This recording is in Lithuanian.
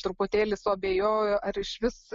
truputėlį suabejojau ar išvis